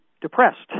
depressed